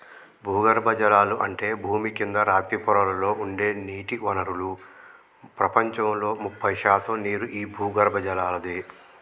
భూగర్బజలాలు అంటే భూమి కింద రాతి పొరలలో ఉండే నీటి వనరులు ప్రపంచంలో ముప్పై శాతం నీరు ఈ భూగర్బజలలాదే